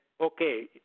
okay